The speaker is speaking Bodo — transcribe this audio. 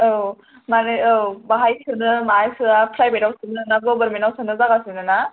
औ माने औ माहाय सोनो माहाय सोवा प्रायभेटाव सोनो ना ग'भारमेन्टाव सोनो जागासिनो ना